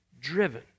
driven